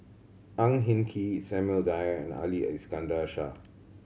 Ang Hin Kee Samuel Dyer and Ali Iskandar Shah